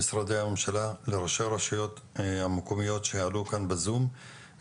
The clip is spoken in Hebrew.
הוועדה קוראת למוסדות התכנון ולרשויות המקומיות לצאת בקמפיין